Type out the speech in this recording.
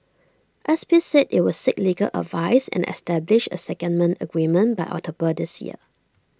S P said IT would seek legal advice and establish A secondment agreement by October this year